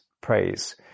praise